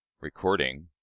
Recording